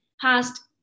Past